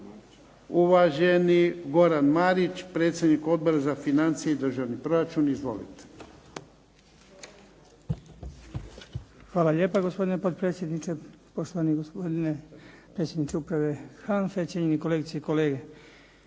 Uvaženi Goran Marić, predsjednik Odbora za financije i državni proračun. Izvolite. **Marić, Goran (HDZ)** Hvala lijepa, gospodine potpredsjedniče. Poštovani gospodine predsjedniče uprave HANFA-e. Cijenjeni kolegice i kolege.